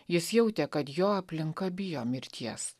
jis jautė kad jo aplinka bijo mirties